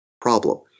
problem